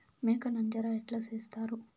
మేక నంజర ఎట్లా సేస్తారు?